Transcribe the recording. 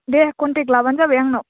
दे contact लाबानो जाबाय आंनाव